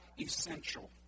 essential